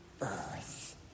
earth